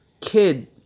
kid